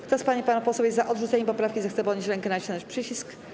Kto z pań i panów posłów jest za odrzuceniem poprawki, zechce podnieść rękę i nacisnąć przycisk.